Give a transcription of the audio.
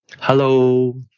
Hello